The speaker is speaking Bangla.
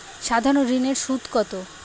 সাধারণ ঋণের সুদ কত?